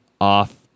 off